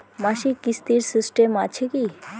মাসিক কিস্তির সিস্টেম আছে কি?